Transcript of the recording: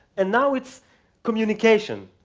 and now it's communication.